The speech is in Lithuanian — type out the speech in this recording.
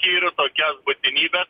skyrių tokias būtinybes